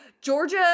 Georgia